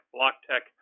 BlockTech